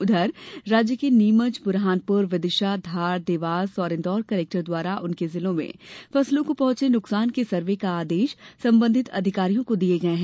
उधर राज्य के नीमच बुरहानपुर विदिशा धार देवास और इंदौर कलेक्टर द्वारा उनके जिलों में फसलों को पहुँचे नुकसान के सर्वे का आदेश संबंधित अधिकारियों को दिये गये है